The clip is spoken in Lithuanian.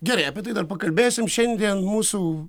gerai apie tai dar pakalbėsim šiandien mūsų